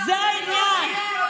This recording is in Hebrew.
זה העניין.